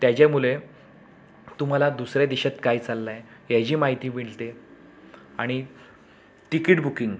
त्याच्यामुळे तुम्हाला दुसऱ्या देशात काय चाललं आहे ह्याची माहिती मिळते आणि तिकीट बुकिंग